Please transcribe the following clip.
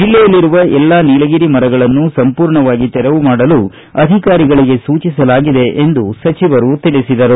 ಜಲ್ಲೆಯಲ್ಲಿರುವ ಎಲ್ಲಾ ನೀಲಗಿರಿ ಮರಗಳನ್ನು ಸಂಪೂರ್ಣವಾಗಿ ತೆರವು ಮಾಡಲು ಅಧಿಕಾರಿಗಳಿಗೆ ಸೂಚಿಸಲಾಗಿದೆ ಎಂದು ಸಚಿವರು ತಿಳಿಸಿದರು